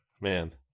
Man